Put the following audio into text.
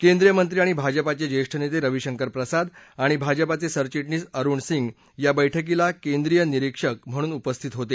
केंद्रीय मंत्री आणि भाजपाचे जेष्ठ नेते रवीशंकर प्रसाद आणि भाजपाचे सरचिटणीस अरुण सिंग या बैठकीला केंद्रीय निरीक्षक म्हणून उपस्थित होते